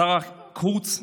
שר החוץ,